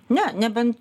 ne nebent